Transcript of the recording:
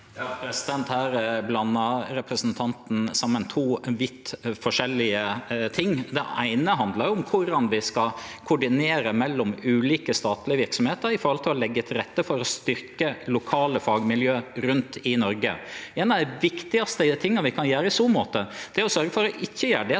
Her blandar representanten saman to vidt forskjellige ting. Det eine handlar om korleis vi skal koordinere mellom ulike statlege verksemder for å leggje til rette for å styrkje lokale fagmiljø rundt i Noreg. Ein av dei viktigaste tinga vi kan gjere i så måte, er å sørgje for å ikkje gjere det